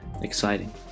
exciting